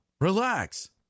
relax